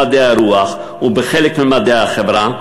במדעי הרוח ובחלק ממדעי החברה,